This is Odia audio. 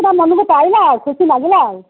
ମନକୁ ପାଇଲା ଆଉ ଖୁସି ଲାଗିଲା ଆଉ